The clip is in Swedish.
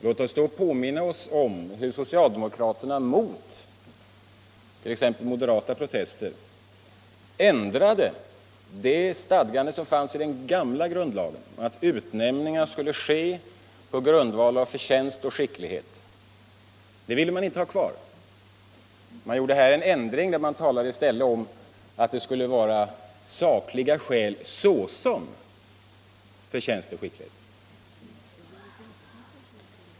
Låt oss då påminna oss hur socialdemokraterna trots t.ex. moderata protester ändrade det stadgande som fanns i den gamla grundlagen om att utnämningar skulle ske på grundval av förtjänst och skicklighet. Det ville man inte ha kvar. Man ändrade detta och talar nu i stället om sakliga skäl såsom förtjänst och skicklighet.